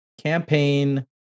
campaign